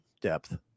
depth